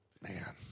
Man